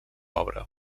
obra